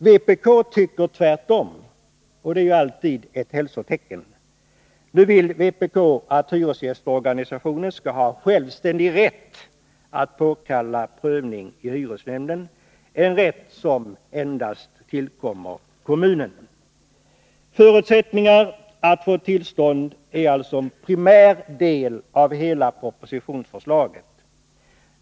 Vpk tycker tvärtom — och det är ju alltid ett hälsotecken. Nu vill vpk att hyresgästorganisation skall ha självständig rätt att påkalla prövning i hyresnämnden — en rätt som endast tillkommer kommunen. Förutsättningarna för att få tillstånd är alltså en primär del av hela propositionsförslaget.